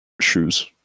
shoes